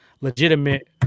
legitimate